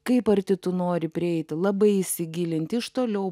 kaip arti tu nori prieiti labai įsigilint iš toliau